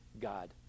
God